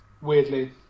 Weirdly